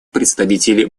представитель